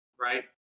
right